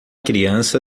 criança